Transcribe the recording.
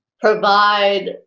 provide